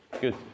Good